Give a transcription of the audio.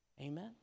Amen